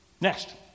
next